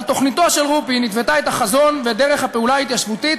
אבל תוכניתו של רופין התוותה את החזון ואת דרך הפעולה ההתיישבותית